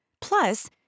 Plus